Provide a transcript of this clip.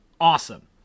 awesome